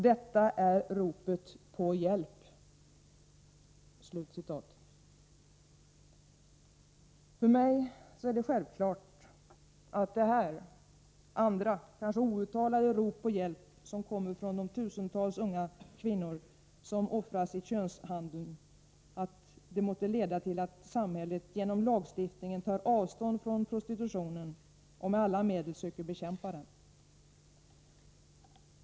Detta är ropet på hjälp!” För mig är det självklart att detta och andra, kanske outtalade, rop på hjälp från de tusentals unga kvinnor som offras i könshandeln måste leda till att samhället genom lagstiftningen tar avstånd från prostitutionen och med alla medel söker bekämpa den.